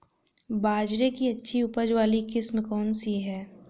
बाजरे की अच्छी उपज वाली किस्म कौनसी है?